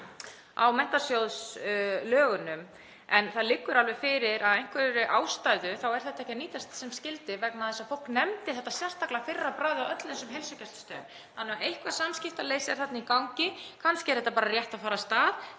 á menntasjóðslögunum, en það liggur alveg fyrir að af einhverri ástæðu þá er þetta ekki að nýtast sem skyldi vegna þess að fólk nefndi þetta sérstaklega að fyrra bragði á öllum þessum heilsugæslustöðvum. Eitthvert samskiptaleysi er þarna í gangi, kannski er þetta bara rétt að fara af stað,